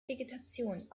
vegetation